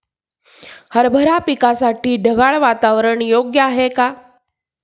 हरभरा पिकासाठी ढगाळ वातावरण योग्य आहे का?